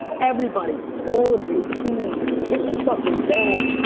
everybody, all of you, please hit the fucking bell.